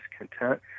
discontent